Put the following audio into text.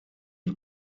een